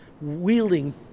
wielding